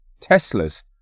teslas